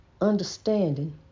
Understanding